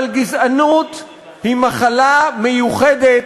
אבל גזענות היא מחלה מיוחדת,